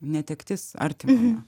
netektis artimojo